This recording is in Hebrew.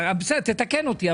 תקן אותי,